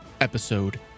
episode